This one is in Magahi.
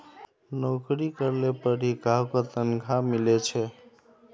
नोकरी करले पर ही काहको तनखा मिले छे